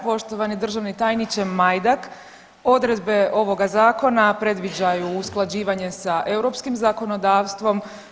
Poštovani državni tajniče Majdak odredbe ovoga Zakona predviđaju usklađivanje sa europskim zakonodavstvom.